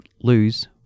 lose